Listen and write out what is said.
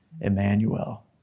Emmanuel